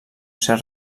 cert